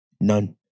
None